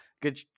Good